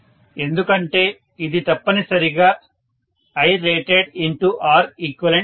ఎందుకంటే ఇది తప్పనిసరిగా IratedReqVrated